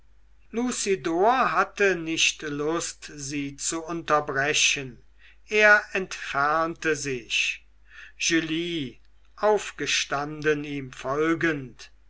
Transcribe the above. hatte nicht lust sie zu unterbrechen er entfernte sich julie aufgestanden ihm folgend